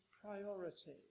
priority